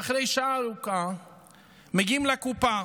ואחרי שעה ארוכה מגיעים לקופה,